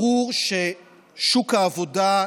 ברור ששוק העבודה,